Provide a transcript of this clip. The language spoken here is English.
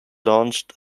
launched